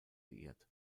liiert